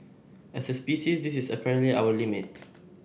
as a species this is apparently our limit